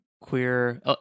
queer